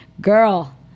girl